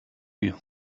you